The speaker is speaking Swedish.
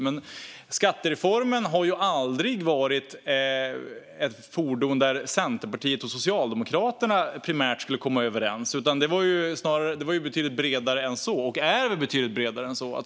Men skattereformen har aldrig varit ett fordon där Centerpartiet och Socialdemokraterna primärt skulle komma överens, utan den var betydligt bredare än så och är betydligt bredare än så.